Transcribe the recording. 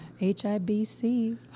H-I-B-C